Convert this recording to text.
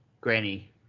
granny